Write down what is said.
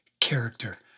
character